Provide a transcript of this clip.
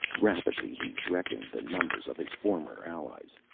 rapidly he reckoned the numbers of his former allies.